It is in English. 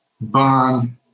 bond